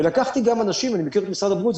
אני מכיר את משרד הבריאות,